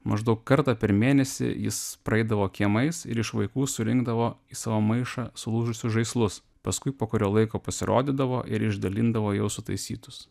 maždaug kartą per mėnesį jis praeidavo kiemais ir iš vaikų surinkdavo į savo maišą sulūžusius žaislus paskui po kurio laiko pasirodydavo ir išdalindavo jau sutaisytus